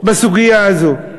בסוגיה הזאת.